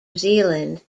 zealand